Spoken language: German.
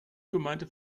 gemeinte